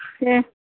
देह